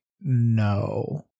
no